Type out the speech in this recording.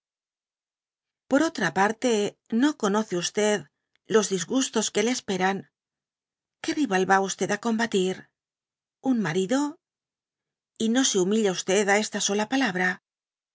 por otra parte no conoce los disgustos que le esperan que rival va usted á combatir un marido y no se humilla fd á esta sola palabra